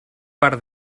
par